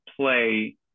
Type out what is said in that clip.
play